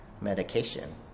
medication